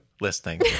listening